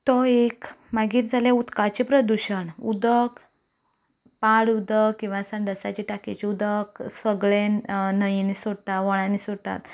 तो एक मागीर जालें उदकाचें प्रदुशण उदक पाड उदक किंवा संडसाचे टांकयेचें उदक सगळें न्हंयेंत सोडटा व्हाळांनी सोडटात